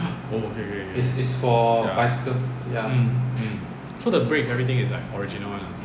oh okay okay okay mm mm oh the brakes everything is like original [one] ah